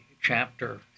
chapter